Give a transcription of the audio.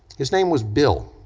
his name was bill.